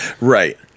right